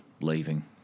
leaving